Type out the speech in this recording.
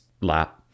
lap